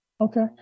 Okay